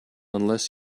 unless